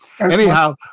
Anyhow